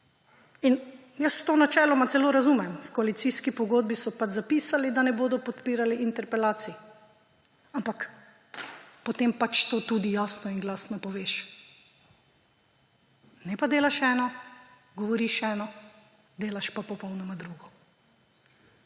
Jaz to načeloma celo razumem. V koalicijski pogodbi so pač zapisali, da ne bodo podpirali interpelacij. Ampak potem pač to tudi jasno in glasno poveš, ne pa delaš eno, govoriš eno, delaš pa popolnoma drugo.